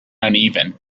uneven